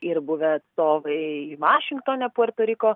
ir buvę atstovai vašingtone puerto riko